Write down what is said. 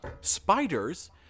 Spiders